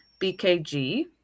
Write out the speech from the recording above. BKG